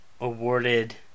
awarded